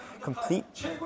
complete